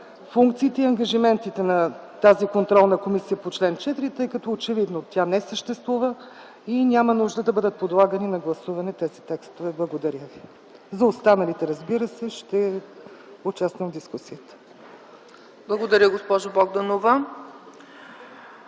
функциите и ангажиментите на тази контролна комисия по чл. 4, тъй като очевидно тя не съществува и няма нужда да бъдат подлагани на гласуване тези текстове. За останалите, разбира се, ще участвам в дискусията. Благодаря ви.